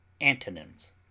Antonyms